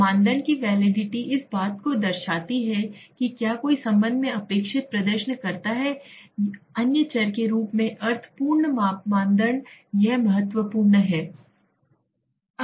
मानदंड की वैलिडिटी इस बात को दर्शाती है कि क्या कोई संबंध में अपेक्षित प्रदर्शन करता है अन्य चर के रूप में अर्थ पूर्ण मानदंड यह महत्वपूर्ण है